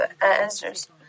answers